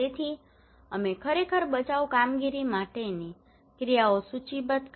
તેથી અમે ખરેખર બચાવ કામગીરી માટેની ક્રિયાઓ સૂચિબદ્ધ કરી